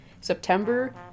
September